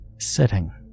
sitting